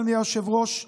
אדוני היושב-ראש,